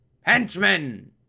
henchmen